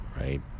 right